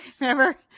remember